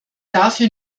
dafür